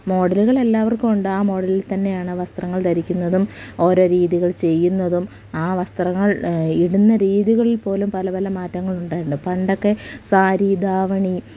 മോഡലുകള് എല്ലാവർക്കുമുണ്ട് ആ മോഡലിൽ തന്നെയാണ് വസ്ത്രങ്ങൾ ധരിക്കുന്നതും ഓരോ രീതികൾ ചെയ്യുന്നതും ആ വസ്ത്രങ്ങളിടുന്ന രീതികളിൽപ്പോലും പല പല മാറ്റങ്ങളുണ്ടായിട്ടുണ്ട് പണ്ടൊക്കെ സാരി ധാവണി